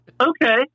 okay